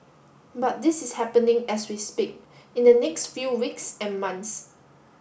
but this is happening as we speak in the next few weeks and months